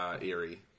eerie